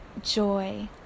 joy